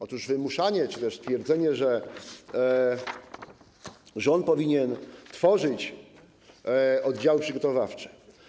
Otóż wymuszanie czy też twierdzenie, że rząd powinien tworzyć oddziały przygotowawcze.